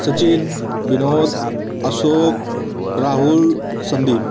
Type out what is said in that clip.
Sachin Vinod Ashok Rahul Sandeep